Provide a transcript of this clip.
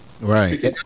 right